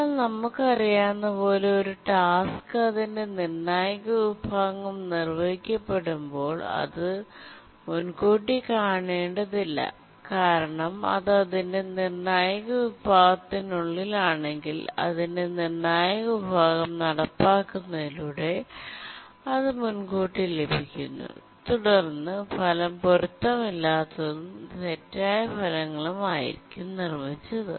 എന്നാൽ നമുക്കറിയാവുന്നതുപോലെ ഒരു ടാസ്ക് അതിന്റെ നിർണായക വിഭാഗം നിർവ്വഹിക്കുമ്പോൾ അത് മുൻകൂട്ടി കാണേണ്ടതില്ല കാരണം അത് അതിന്റെ നിർണായക വിഭാഗത്തിനുള്ളിലാണെങ്കിൽ അതിന്റെ നിർണായക വിഭാഗം നടപ്പിലാക്കുന്നതിലൂടെ അത് മുൻകൂട്ടി ലഭിക്കുന്നു തുടർന്ന് ഫലം പൊരുത്തമില്ലാത്തതും തെറ്റായ ഫലങ്ങളും ആയിരിക്കും നിർമ്മിച്ചത്